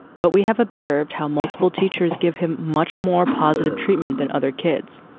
but we have observed how multiple teachers give him much more positive treatment than other kids.